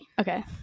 Okay